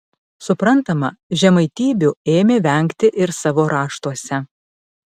suprantama žemaitybių ėmė vengti ir savo raštuose